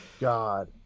God